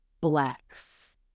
blacks